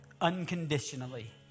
unconditionally